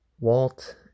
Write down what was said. Walt